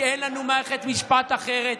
כי אין לנו מערכת משפט אחרת,